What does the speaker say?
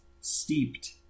steeped